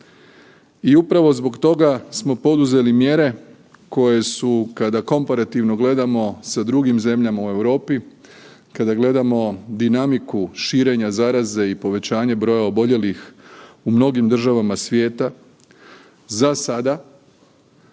I upravo zbog toga smo poduzeli mjere koje su kada komparativno gledamo sa drugim zemljama u Europi, kada gledamo dinamiku širenja zaraze i povećanje broja oboljelih u mnogim državama svijeta, za sada